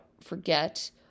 forget